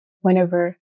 whenever